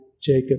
Jacob